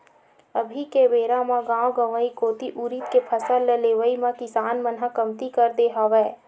अभी के बेरा म गाँव गंवई कोती उरिद के फसल लेवई ल किसान मन ह कमती कर दे हवय